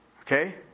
Okay